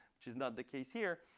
which is not the case here.